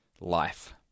life